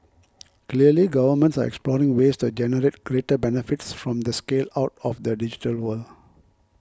clearly governments are exploring ways to generate greater benefits from the scale out of the digital world